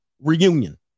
reunion